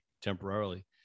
temporarily